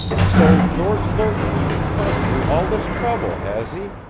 so george lerton has been causing you all this trouble, has he?